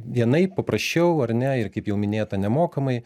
vienaip paprasčiau ar ne ir kaip jau minėta nemokamai